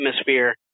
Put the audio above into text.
atmosphere